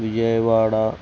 Vijayawada